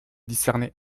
discerner